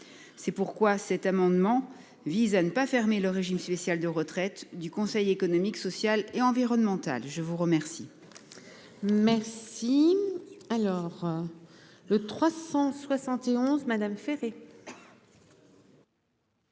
c'est pourquoi cet amendement vise à ne pas fermer le régime spécial de retraite du Conseil économique, social et environnemental. Je vous remercie. Merci. Alors. Le 371, madame Ferré.